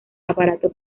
aparato